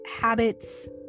habits